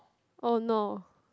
oh no